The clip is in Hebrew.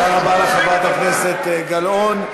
תודה רבה לחברת הכנסת גלאון.